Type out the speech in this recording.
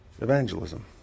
evangelism